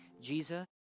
Jesus